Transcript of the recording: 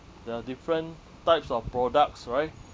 there are different types of products right